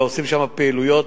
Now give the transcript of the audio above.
ועושים שם פעילויות.